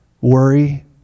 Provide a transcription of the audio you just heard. worry